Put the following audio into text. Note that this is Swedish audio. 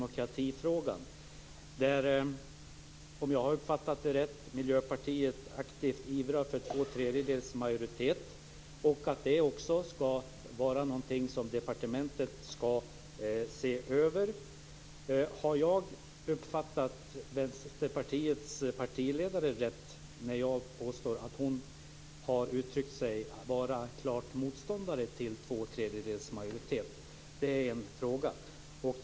Om jag har uppfattat det rätt ivrar Miljöpartiet aktivt för tvåtredjedelsmajoritet, och det ska också vara någonting som departementet ska se över. Har jag uppfattat Vänsterpartiets partiledare rätt när jag påstår att hon har sagt sig vara klar motståndare till tvåtredjedelsmajoritet? Det är den ena frågan.